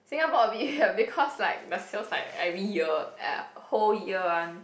Singapore a bit hard because like the sales like every year uh whole year one